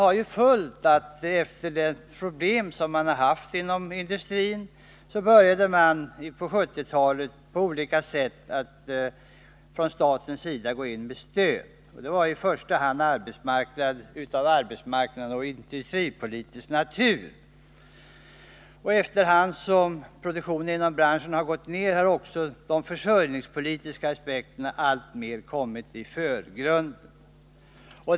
Alla problem som industrin har drabbats av har gjort att staten under 1970-talet på olika sätt har gått in med stöd. Dessa har i första hand varit av arbetsmarknadsoch industripolitisk natur. Allteftersom produktionen inom branschen har gått ned, har de försörjningspolitiska aspekterna alltmer kommit i förgrunden.